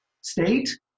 state